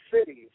cities